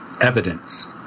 evidence